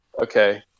Okay